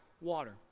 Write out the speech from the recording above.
water